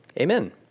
amen